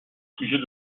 sujet